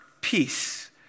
Peace